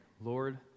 Lord